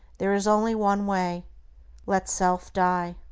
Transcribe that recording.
there is only one way let self die.